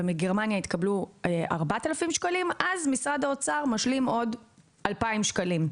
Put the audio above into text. ומגרמניה התקבלו 4000 שקלים משרד האוצר משלים עוד 2000 שקלים.